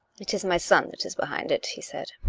it is my son that is behind it, he said.